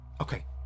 Okay